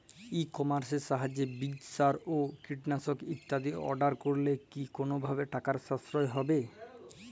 ই কমার্সের সাহায্যে বীজ সার ও কীটনাশক ইত্যাদি অর্ডার করলে কি কোনোভাবে টাকার সাশ্রয় হবে?